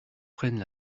prennent